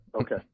okay